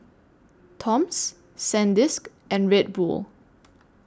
Toms Sandisk and Red Bull